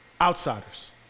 outsiders